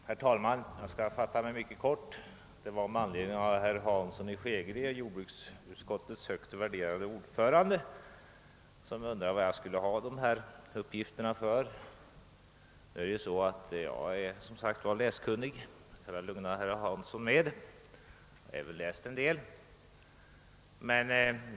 : Herr talman! Jag skall fatta mig mycket kort — bara några ord med anledning av att herr Hansson i Skegrie, jordbruksutskottets högt värderade ordförande, undrade vad jag skulle ha dessa uppgifter till. Jag kan lugna herr Hansson med att jag är läskunnig, och jag har även läst en del som berör denna fråga.